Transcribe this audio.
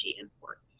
imports